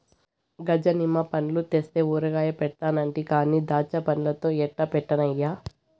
గజ నిమ్మ పండ్లు తెస్తే ఊరగాయ పెడతానంటి కానీ దాచ్చాపండ్లతో ఎట్టా పెట్టన్నయ్యా